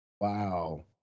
Wow